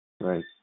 Right